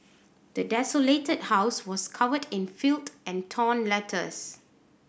the desolated house was covered in filth and torn letters